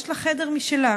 יש לה חדר משלה.